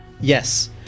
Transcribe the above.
Yes